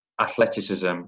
athleticism